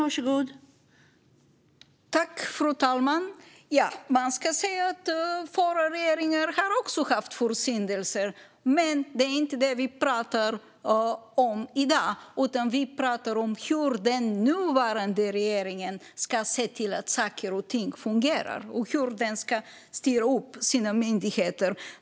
Fru talman! Tidigare regeringar hade också sina försyndelser, men det är inte dem vi pratar om i dag. Vi pratar om hur den nuvarande regeringen ska se till att saker och ting fungerar och hur den ska styra upp sina myndigheter.